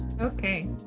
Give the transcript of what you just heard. Okay